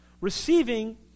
Receiving